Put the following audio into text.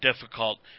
difficult